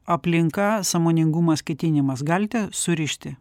aplinka sąmoningumas ketinimas galite surišti